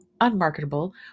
Unmarketable